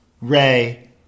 Ray